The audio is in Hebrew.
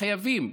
חייבים,